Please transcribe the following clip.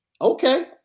Okay